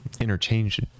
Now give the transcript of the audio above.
interchange